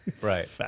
Right